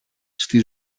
στη